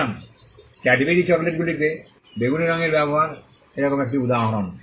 সুতরাং ক্যাডবারি চকোলেটগুলিতে বেগুনি রঙের ব্যবহার এরকম একটি উদাহরণ